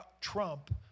trump